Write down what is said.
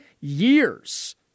years